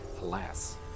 Alas